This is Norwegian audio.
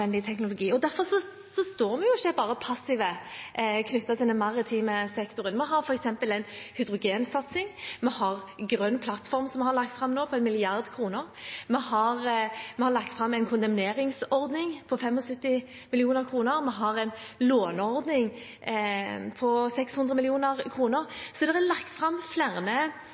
den maritime sektoren. Vi har f.eks. en hydrogensatsing. Vi har grønn plattform, som vi har lagt fram nå, på 1 mrd. kr. Vi har lagt fram en kondemneringsordning på 75 mill. kr. Vi har en låneordning på 600 mill. kr. Så det er lagt fram flere